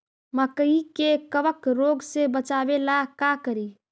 मकई के कबक रोग से बचाबे ला का करि?